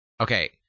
Okay